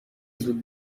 زود